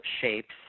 shapes